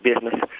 business